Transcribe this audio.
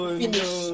finish